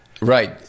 Right